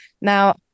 Now